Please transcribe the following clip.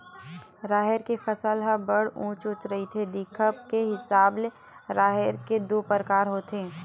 राहेर के फसल ह बड़ उँच उँच रहिथे, दिखब के हिसाब ले राहेर के दू परकार होथे